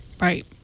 Right